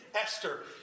Esther